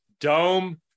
dome